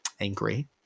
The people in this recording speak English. angry